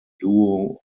luo